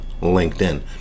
LinkedIn